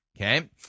Okay